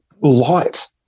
light